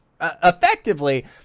effectively